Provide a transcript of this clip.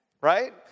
Right